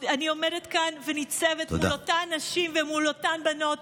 אני עומדת כאן וניצבת מול אותן נשים ומול אותן בנות,